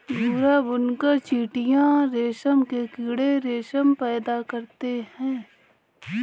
भूरा बुनकर चीटियां रेशम के कीड़े रेशम पैदा करते हैं